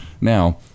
Now